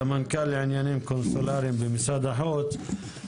סמנכ"ל לעניינים קונסולריים במשרד החוץ.